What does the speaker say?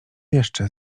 jeszcze